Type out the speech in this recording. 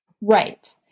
Right